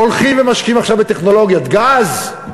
הולכים ומשקיעים עכשיו בטכנולוגיית גז.